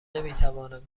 نمیتوانم